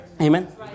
Amen